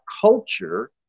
culture